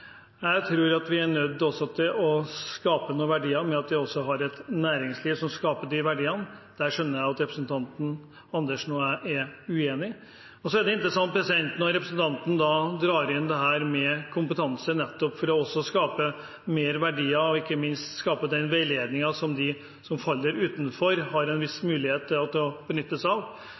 Jeg tror vi er nødt til å skape noen verdier ved å ha et næringsliv som skaper de verdiene. Der skjønner jeg at representanten Andersen og jeg er uenige. Det er interessant når representanten drar inn dette med kompetanse for å skape flere verdier og ikke minst skape den veiledningen som de som faller utenfor, har en viss mulighet til å benytte seg av.